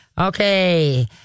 Okay